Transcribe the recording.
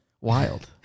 Wild